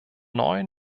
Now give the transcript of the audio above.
neuen